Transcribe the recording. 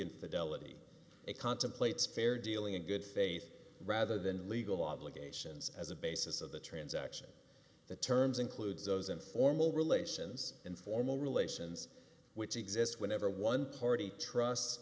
and fidelity it contemplates fair dealing in good faith rather than legal obligations as a basis of the transaction the terms includes those informal relations informal relations which exist whenever one party trust